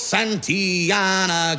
Santiana